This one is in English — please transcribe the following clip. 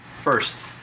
First